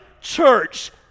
church